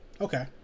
Okay